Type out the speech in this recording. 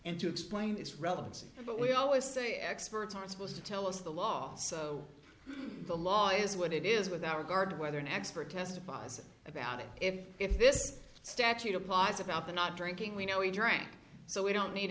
and to explain its relevancy but we always say experts are supposed to tell us the law so the law is what it is without regard to whether an expert testifies about it if if this statute applies about the not drinking we know he drank so we don't need